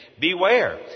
beware